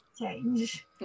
change